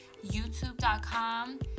youtube.com